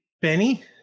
Benny